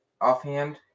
offhand